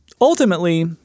ultimately